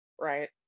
right